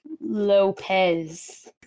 Lopez